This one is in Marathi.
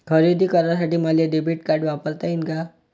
खरेदी करासाठी मले डेबिट कार्ड वापरता येईन का?